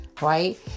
right